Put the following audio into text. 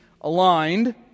aligned